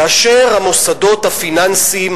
כאשר המוסדות הפיננסיים,